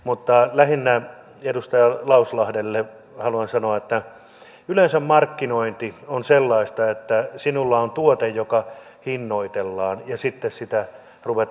mutta lähinnä edustaja lauslahdelle haluan sanoa että yleensä markkinointi on sellaista että sinulla on tuote joka hinnoitellaan ja sitten sitä ruvetaan markkinoimaan